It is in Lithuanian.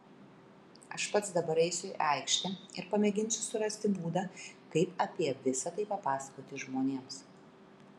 aš pats dabar eisiu į aikštę ir pamėginsiu surasti būdą kaip apie visa tai papasakoti žmonėms